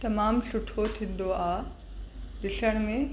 तमामु सुठो थींदो आहे ॾिसण में